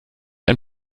ein